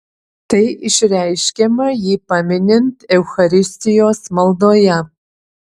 tai išreiškiama jį paminint eucharistijos maldoje